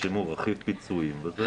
שירשמו רכיב פיצויים וזהו.